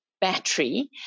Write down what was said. battery